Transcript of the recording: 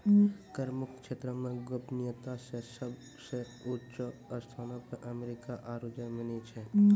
कर मुक्त क्षेत्रो मे गोपनीयता मे सभ से ऊंचो स्थानो पे अमेरिका आरु जर्मनी छै